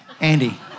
Andy